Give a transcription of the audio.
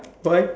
what